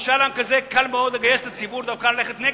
ובמשאל עם כזה קל מאוד לגייס את הציבור דווקא ללכת נגד,